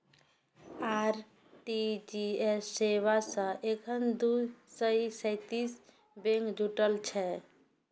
RTGS सेवा सं एखन दू सय सैंतीस बैंक जुड़ल छै